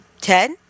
Ted